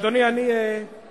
אדוני, אני מסיים.